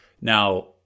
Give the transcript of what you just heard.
Now